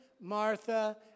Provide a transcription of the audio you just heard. Martha